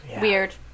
weird